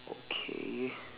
okay